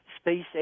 Space